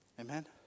Amen